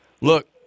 look